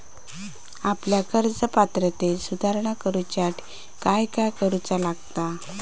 आपल्या कर्ज पात्रतेत सुधारणा करुच्यासाठी काय काय करूचा लागता?